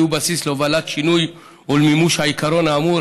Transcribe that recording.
היו בסיס להובלת שינוי ולמימוש העיקרון האמור,